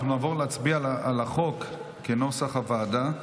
אנחנו נעבור להצביע על החוק כנוסח הוועדה.